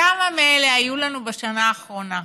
כמה מאלה היו לנו בשנה האחרונה?